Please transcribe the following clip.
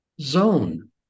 zone